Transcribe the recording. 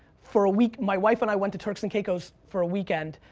for a week, my wife and i went to turks and caicos for a weekend,